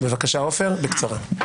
בבקשה, עופר, בקצרה.